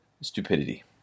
stupidity